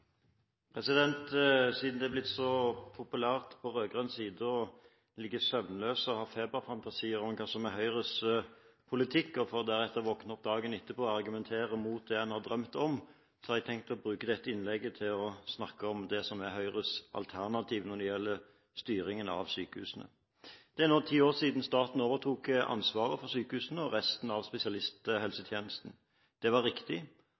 Siden det på rød-grønn side har blitt så populært å ligge søvnløs og ha feberfantasier om hva som er Høyres politikk, for deretter å våkne opp dagen etterpå og argumentere mot det man har drømt om, har jeg tenkt å bruke dette innlegget til å snakke om det som er Høyres alternativ når det gjelder styringen av sykehusene. Det er nå ti år siden staten overtok ansvaret for sykehusene og resten av spesialisthelsetjenesten – det var riktig